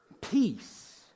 peace